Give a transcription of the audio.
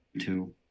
two